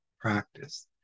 practice